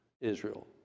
Israel